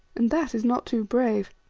and that is not too brave.